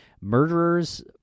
murderers